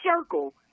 circle